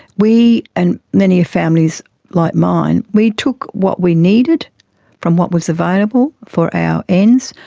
we, and many families like mine, we took what we needed from what was available for our ends.